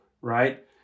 right